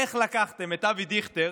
איך לקחתם את אבי דיכטר